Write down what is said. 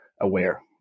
aware